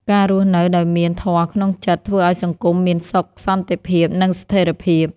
ការរស់នៅដោយមានធម៌ក្នុងចិត្ត ធ្វើឱ្យសង្គមមានសុខសន្តិភាព និងស្ថិរភាព។